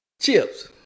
chips